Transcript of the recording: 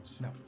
No